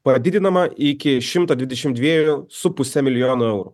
padidinama iki šimto dvidešim dviejų su puse milijono eurų